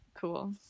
cool